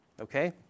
Okay